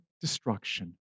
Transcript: destruction